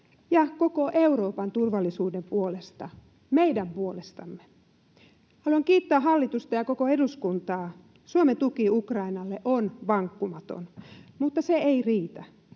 ja koko Euroopan turvallisuuden puolesta, meidän puolestamme. Haluan kiittää hallitusta ja koko eduskuntaa: Suomen tuki Ukrainalle on vankkumaton, mutta se ei riitä.